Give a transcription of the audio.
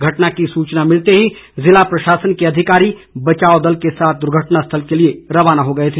घटना की सूचना मिलते ही जिला प्रशासन के अधिकारी बचाव दल के साथ दुर्घटना स्थल के लिए रवाना हो गए हैं